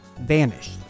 Vanished